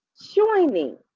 joining